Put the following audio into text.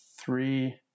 three